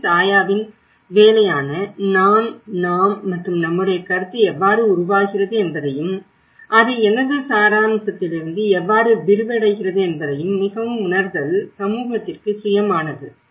D சாயாவின் வேலையான நான் நாம் மற்றும் நம்முடைய கருத்து எவ்வாறு உருவாகிறது என்பதையும் அது எனது சாராம்சத்திலிருந்து எவ்வாறு விரிவடைகிறது என்பதையும் மிகவும் உணர்தல் சமூகத்திற்கு சுயமானது